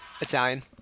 Italian